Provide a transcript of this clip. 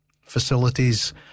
facilities